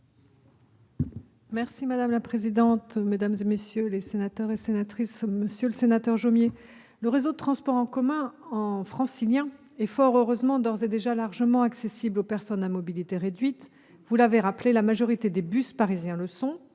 Madame la présidente, mesdames, messieurs les sénatrices et sénateurs, monsieur le sénateur Jomier, le réseau de transports en commun francilien est, fort heureusement, d'ores et déjà largement accessible aux personnes à mobilité réduite. Vous l'avez rappelé, la majorité des bus parisiens le sont,